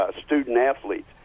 student-athletes